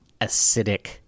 acidic